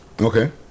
Okay